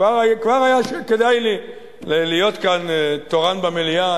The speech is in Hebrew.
כבר היה כדאי לי להיות כאן תורן מליאה,